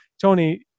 tony